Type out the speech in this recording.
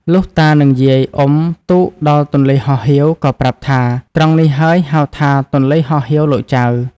លុះតា និងយាយ អុំទូកដល់ទន្លេហោះហៀវ ក៏ប្រាប់ថា ត្រង់នេះហើយហៅថា “ទន្លេហោះហៀវលោកចៅ” ។